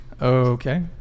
Okay